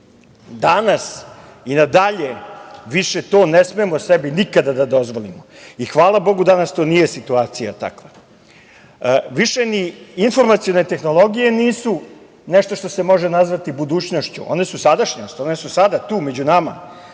Danas i nadalje više to ne smemo sebi nikada da dozvolimo i hvala Bogu danas to nije situacija takva. Više ni informacione tehnologije nisu nešto što se može nazvati budućnošću, one su sadašnjost, one su sada tu među nama,